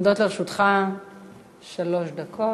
בבקשה, עומדות לרשותך שלוש דקות.